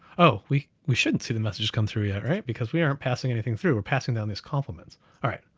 oh, we we shouldn't see the message come through yet, right? because we aren't passing anything through. we're passing down these compliments alright,